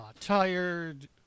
tired